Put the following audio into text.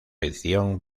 edición